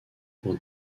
pour